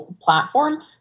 platform